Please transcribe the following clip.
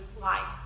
life